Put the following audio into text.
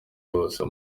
bose